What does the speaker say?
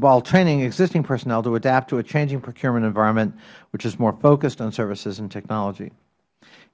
while training existing personnel to adapt to a changing procurement environment which is more focused on services and technology